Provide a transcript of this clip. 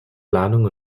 planung